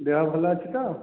ଦେହ ଭଲ ଅଛି ତ